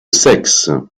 sexe